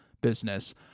business